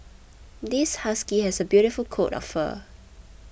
this husky has a beautiful coat of fur